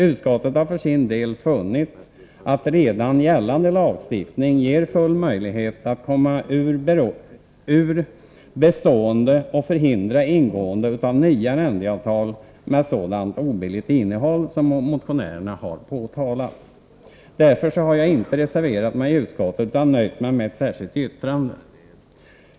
Utskottet har för sin del funnit att redan gällande lagstiftning ger full möjlighet att komma ur bestående arrendeavtal och förhindra ingående av nya med sådant obilligt innehåll som motionärerna påtalat. Därför har jag inte reserverat mig i utskottet, utan nöjt mig med ett särskilt yttrande.